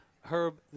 Herb